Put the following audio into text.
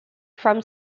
from